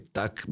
tak